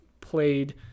played